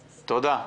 תודה.